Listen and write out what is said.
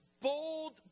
bold